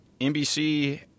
NBC